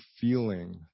feeling